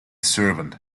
servant